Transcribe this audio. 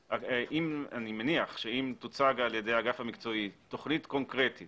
אני מניח שאם תוצג על ידי האגף המקצועי תוכנית קונקרטית